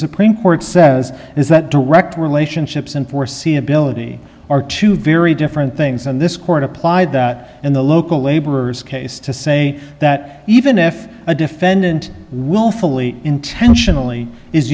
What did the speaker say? supreme court says is that direct relationships in foreseeability are two very different things and this court applied that and the local laborers case to say that even if a defendant willfully intentionally is